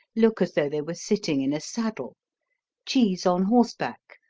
look as though they were sitting in a saddle cheese on horseback,